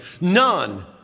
none